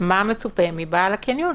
מה מצופה מבעל הקניון.